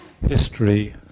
history